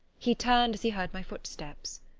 he turned as he heard my footsteps.